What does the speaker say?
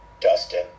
Dustin